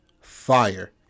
fire